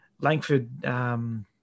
Langford –